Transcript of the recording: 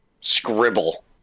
scribble